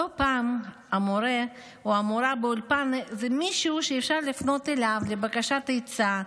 לא פעם המורֶה או המורָה באולפן הם מישהו שאפשר לפנות אליו לבקשת עצה,